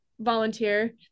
volunteer